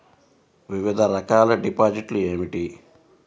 వివిధ రకాల డిపాజిట్లు ఏమిటీ?